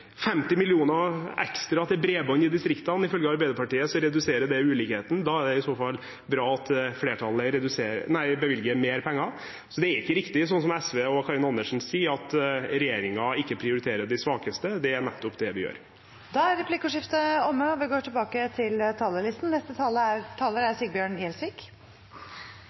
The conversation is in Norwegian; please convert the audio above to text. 50 mill. kr ekstra til bredbånd i distriktene – ifølge Arbeiderpartiet reduserer det ulikhetene, så da er det i så fall bra at flertallet bevilger mer penger. Det er ikke riktig som SV og Karin Andersen sier, at regjeringen ikke prioriterer de svakeste. Det er nettopp det vi gjør. Replikkordskiftet er omme. Norge er